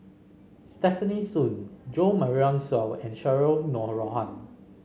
Stefanie Sun Jo Marion Seow and Cheryl Noronha